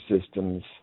systems